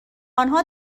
آنها